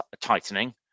tightening